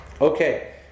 Okay